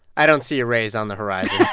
i don't see a raise on the horizon